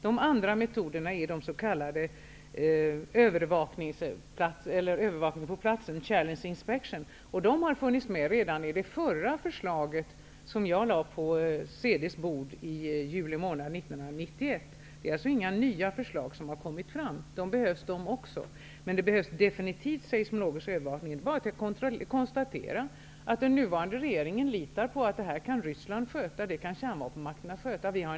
Dessa andra metoder är övervakning på platsen, s.k. challenge inspection. De har funnits med redan i det förra förslaget som jag lade på CD:s bord i juli månad 1991. Det är alltså inga nya förslag som har kommit fram. De behövs de också, men det behövs definitivt seismologisk övervakning. Det är bara att konstatera att den nuvarande regeringen litar på att Ryssland och kärnvapenmakterna kan sköta detta.